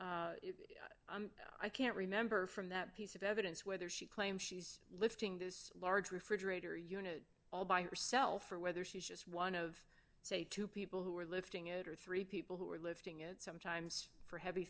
adopted i can't remember from that piece of evidence whether she claimed she was lifting this large refrigerator unit all by herself or whether she's just one of two people who were lifting it or three people who were lifting it sometimes for heavy